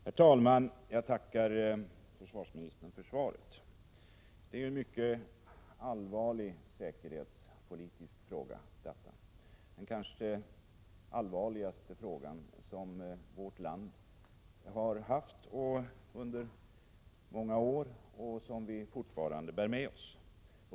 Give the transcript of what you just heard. Herr talman! Jag tackar försvarsministern för svaret. Ubåtskränkningarna är en mycket allvarlig säkerhetspolitisk fråga, den kanske allvarligaste som vårt land haft sedan andra världskriget och som vi fortfarande bär med oss.